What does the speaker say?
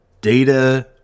data